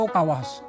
Kawas